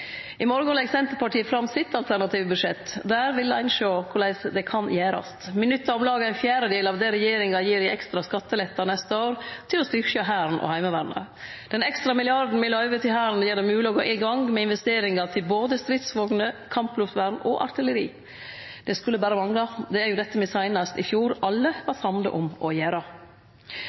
I morgon legg Senterpartiet fram sitt alternative budsjett. Der vil ein sjå korleis det kan gjerast. Me nyttar om lag ein fjerdedel av det regjeringa gir i ekstra skattelette neste år, til å styrkje Hæren og Heimevernet. Den ekstra milliarden me løyver til Hæren, gjer det mogleg å gå i gang med investeringar til både stridsvogner, kampluftvern og artilleri. Det skulle berre mangle. Det er jo dette me alle seinast i fjor var samde om å